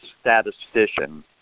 statistician